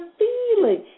feeling